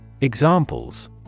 Examples